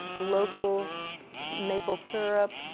local maple syrup.